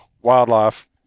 wildlife